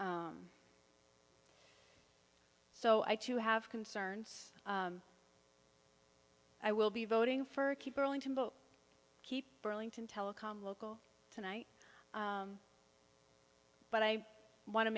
so i too have concerns i will be voting for a key burlington but keep burlington telecom local tonight but i want to